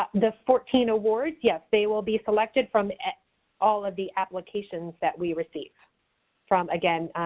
ah the fourteen awards? yes. they will be selected from all of the applications that we receive from, again,